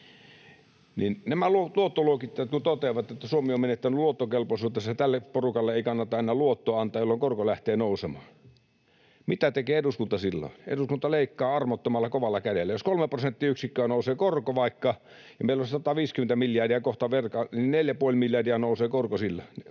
Nämä luottoluokittajat kun toteavat, että Suomi on menettänyt luottokelpoisuutensa ja tälle porukalle ei kannata enää luottoa antaa, niin korko lähtee nousemaan. Mitä tekee eduskunta silloin? Eduskunta leikkaa armottomalla, kovalla kädellä. Jos vaikka kolme prosenttiyksikköä nousee korko ja meillä on 150 miljardia kohta velka, niin neljä ja puoli miljardia nousee korko silloin,